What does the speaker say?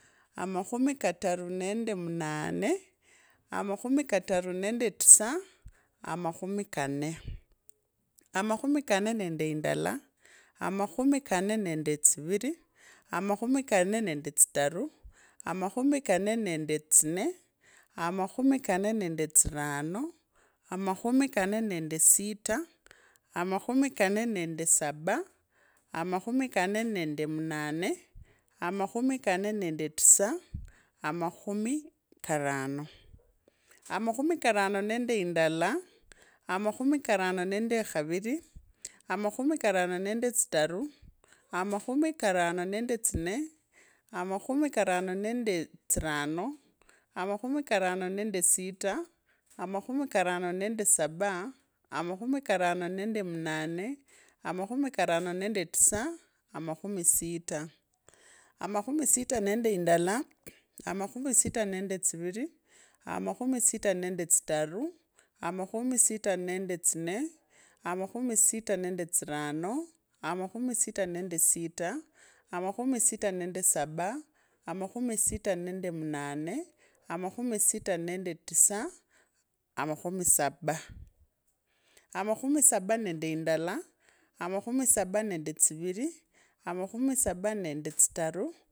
Amakhumi katare nende munane, amakhumi kataru nende tisa, amakhumi kanne, amakhumi kanne nende ndala, amakhumi kanne nande tsivire, amakhumi kanne nende tsitaru, amakhumi kanne nenda tsinee, amakhumi kanne nonde tsirano, amakhumi kanne nende sita, amakhumi nende saba, amakhumi kanne nende munane, amakhumi kama nende tisa, amakhumi karano, amakhumi karano nende indala, amakhumi karano nende tsitaru, amakhumi karano nende tsinne, amakhumi karano nende tsirano, amakhumi karano nende sita, amakhumikarano nende saba, amakhumi karano nonde munane, amakhumi karano nende tisa, amakhumi sita, amakhumi sita nende indala, amakhumi sita nande tsiviri, amakhumi sita nando tsitaru, amakhumi sita nende sita, amakhumi sita nande sasa, amakhumi sita nende munane, amakhumi sita nande tisa, amakhumi saba, amakhumi saba nande indala, amakhumi saba nende tsiviri, amakhumi saba nende tsitaru.